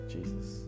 Jesus